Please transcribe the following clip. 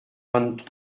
vingt